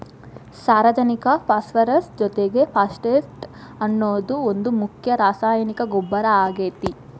ಸಾರಜನಕ ಪಾಸ್ಪರಸ್ ಜೊತಿಗೆ ಫಾಸ್ಫೇಟ್ ಅನ್ನೋದು ಒಂದ್ ಮುಖ್ಯ ರಾಸಾಯನಿಕ ಗೊಬ್ಬರ ಆಗೇತಿ